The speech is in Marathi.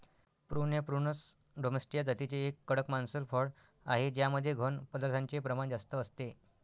प्रून हे प्रूनस डोमेस्टीया जातीचे एक कडक मांसल फळ आहे ज्यामध्ये घन पदार्थांचे प्रमाण जास्त असते